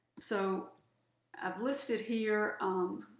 so i've listed here